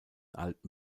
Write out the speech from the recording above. alten